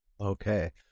Okay